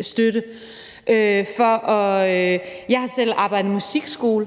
støtte. Jeg har selv arbejdet i en musikskole,